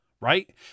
right